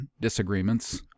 disagreements